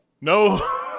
no